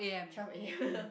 twelve a_m